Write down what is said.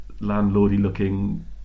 landlordy-looking